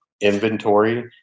inventory